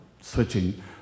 switching